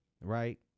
right